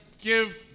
give